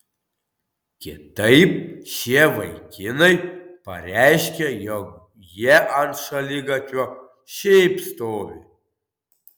kitaip šie vaikinai pareiškia jog jie ant šaligatvio šiaip stovi